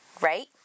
right